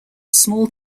small